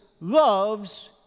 loves